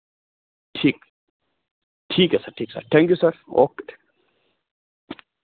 ठीक ठीक है सर ठीक sir thank you sir okay thank